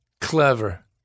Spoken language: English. Clever